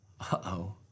uh-oh